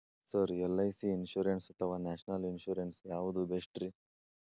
Sir LIC insurance ಅಥವಾ national insurance ಯಾವುದು ಬೆಸ್ಟ್ರಿ?